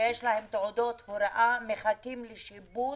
שיש להם תעודות הוראה, מחכים לשיבוץ,